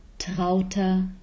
Trauter